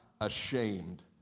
ashamed